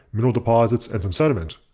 mineral deposits and some sediment.